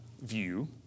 view